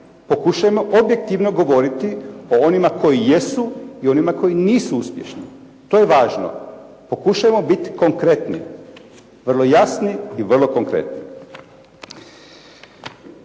Pokušajmo objektivno govoriti o onima koji jesu i onima koji nisu uspješni. To je važno. Pokušajmo biti konkretni, vrlo jasni i vrlo konkretni.